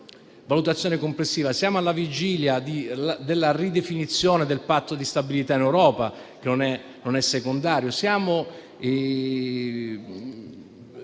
Siamo alla vigilia della ridefinizione del patto di stabilità in Europa, che non è non è secondario,